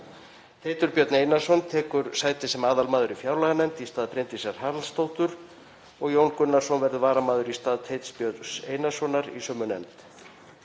Teitur Björn Einarsson tekur sæti sem aðalmaður í fjárlaganefnd í stað Bryndísar Haraldsdóttur og Jón Gunnarsson verður varamaður í stað Teits Björns Einarssonar í sömu nefnd.